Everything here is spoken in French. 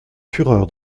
fureur